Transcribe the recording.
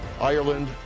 Ireland